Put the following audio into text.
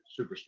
superstar